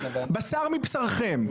בשר מבשרכם,